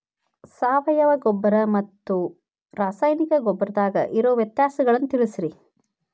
ಸಾವಯವ ಗೊಬ್ಬರ ಮತ್ತ ರಾಸಾಯನಿಕ ಗೊಬ್ಬರದಾಗ ಇರೋ ವ್ಯತ್ಯಾಸಗಳನ್ನ ತಿಳಸ್ರಿ